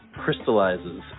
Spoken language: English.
crystallizes